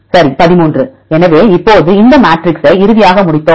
சரி 13 எனவே இப்போது இந்த மேட்ரிக்ஸை இறுதியாக முடித்தோம்